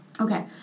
Okay